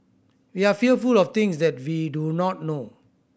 we are fearful of things that we do not know